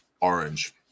orange